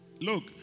Look